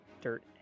dirt